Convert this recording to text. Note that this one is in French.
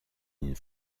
une